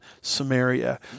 Samaria